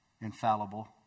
infallible